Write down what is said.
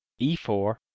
e4